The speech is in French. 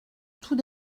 tout